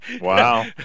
Wow